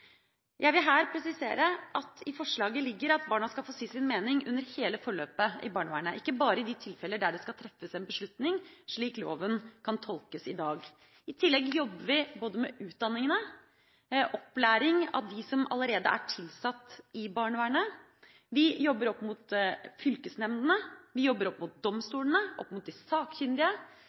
Jeg vil her presisere at i forslaget ligger det at barna skal få si sin mening under hele forløpet i barnevernet, ikke bare i de tilfeller der det skal treffes en beslutning, slik loven kan tolkes i dag. I tillegg jobber vi med både utdanning og opplæring av dem som allerede er tilsatt i barnevernet. Vi jobber opp mot fylkesnemndene, vi jobber opp mot domstolene, opp mot de